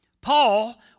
Paul